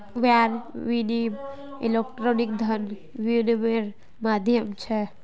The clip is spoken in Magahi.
वायर विनियम इलेक्ट्रॉनिक धन विनियम्मेर माध्यम छ